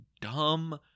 dumb